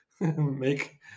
make